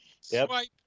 Swipe